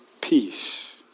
peace